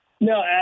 No